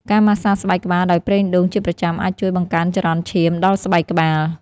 ការម៉ាស្សាស្បែកក្បាលដោយប្រេងដូងជាប្រចាំ អាចជួយ បង្កើនចរន្តឈាម ដល់ស្បែកក្បាល។